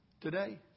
today